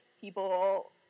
people